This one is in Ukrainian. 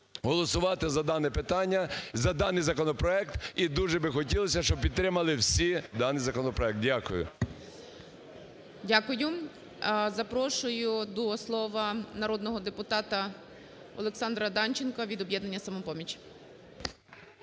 голосувати за дане питання, за даний законопроект, і дуже би хотілося, щоб підтримали всі даний законопроект. Дякую. ГОЛОВУЮЧИЙ. Дякую. Запрошую до слова народного депутата Олександра Данченка від "Об'єднання "Самопоміч".